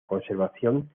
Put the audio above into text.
conservación